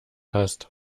hast